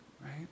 right